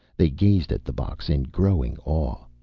they gazed at the box in growing awe.